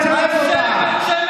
אנשי בית שמש זרקו אותך לפה.